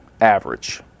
average